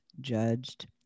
judged